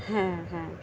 হ্যাঁ হ্যাঁ